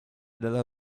della